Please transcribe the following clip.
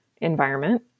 environment